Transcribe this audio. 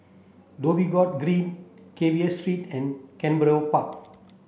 Dhoby Ghaut Green Carver Street and Canberra Park